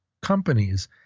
companies